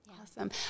Awesome